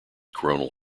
coronal